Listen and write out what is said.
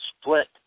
split